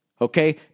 Okay